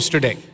Today